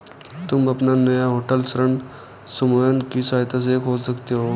तुम अपना नया होटल ऋण समूहन की सहायता से खोल सकते हो